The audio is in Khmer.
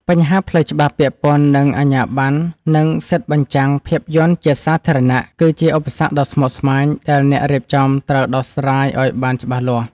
បញ្ហាផ្លូវច្បាប់ពាក់ព័ន្ធនឹងអាជ្ញាបណ្ណ និងសិទ្ធិបញ្ចាំងភាពយន្តជាសាធារណៈ គឺជាឧបសគ្គដ៏ស្មុគស្មាញដែលអ្នករៀបចំត្រូវដោះស្រាយឱ្យបានច្បាស់លាស់។